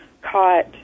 caught